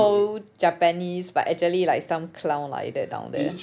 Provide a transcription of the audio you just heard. know japanese but actually like some clown like that down there